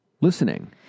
listening